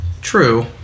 True